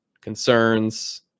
Concerns